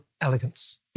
elegance